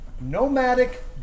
nomadic